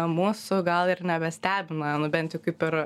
mūsų gal ir nebestebina nu bent jau kaip ir